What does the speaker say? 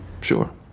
Sure